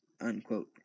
unquote